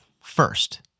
First